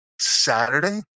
Saturday